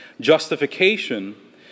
Justification